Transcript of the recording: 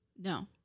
no